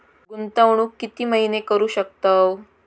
गुंतवणूक किती महिने करू शकतव?